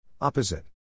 Opposite